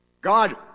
God